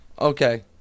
Okay